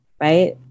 right